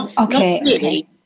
Okay